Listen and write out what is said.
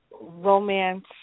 romance